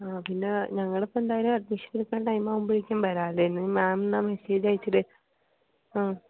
ആ പിന്നെ ഞങ്ങളിപ്പന്തായാലും അഡ്മിഷൻ എടുക്കണ്ടെ ടൈംമാകുമ്പൊഴേക്കും വരാല്ലേ ഇനി മാം മെസ്സേജ് അയച്ചിട് ആ